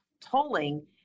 tolling